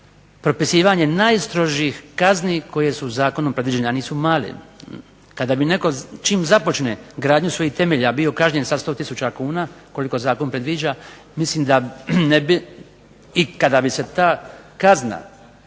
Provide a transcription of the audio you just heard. propisivanje najstrožijih kazni koje su zakonom predviđene, a nisu male. Kada bi netko čim započne gradnju svojih temelja bio kažnjen sa 100 tisuća kuna koliko zakon predviđa, mislim da ne bi i kada bi se ta kazna